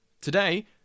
today